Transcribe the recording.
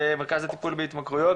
מרכז לטיפול בהתמכרויות,